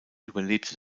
überlebte